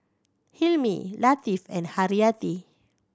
Hilmi Latif and Haryati